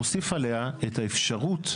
מוסיף עליה את האפשרות,